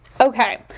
Okay